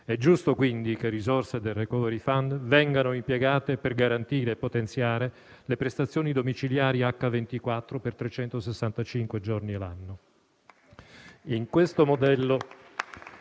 È giusto quindi che le risorse del *recovery fund* vengano impiegate per garantire e potenziare le prestazioni domiciliari H24, per trecentosessantacinque